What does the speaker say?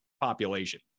population